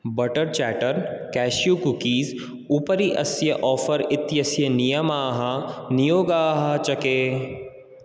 butter चाट्टर् cashew cookies उपरि अस्य आफ़र् इत्यस्य नियमाः नियोगाः च के